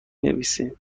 نویسم